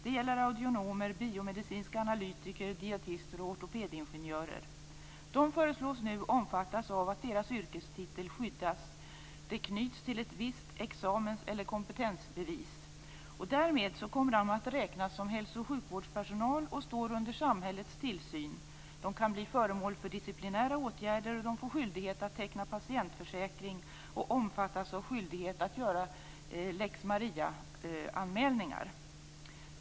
Det gäller audionomer, biomedicinska analytiker, dietister och ortopedingenjörer. De föreslås nu omfattas av att deras yrkestitel skyddas - det knyts till ett visst examens eller kompetensbevis. Därmed kommer de att räknas som hälso och sjukvårdspersonal och att stå under samhällets tillsyn. De kan bli föremål för disciplinära åtgärder. De får skyldighet att teckna patientförsäkring och omfattas av skyldighet att göra lex Maria-anmälningar.